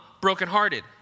brokenhearted